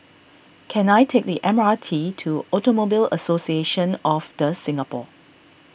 can I take the M R T to Automobile Association of the Singapore